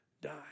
die